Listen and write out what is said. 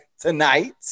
tonight